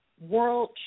world